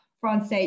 France